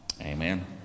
Amen